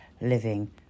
living